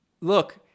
look